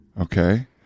Okay